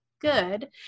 good